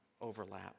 overlap